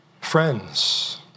friends